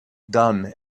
done